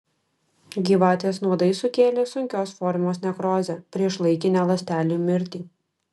gyvatės nuodai sukėlė sunkios formos nekrozę priešlaikinę ląstelių mirtį